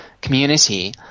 community